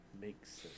Makes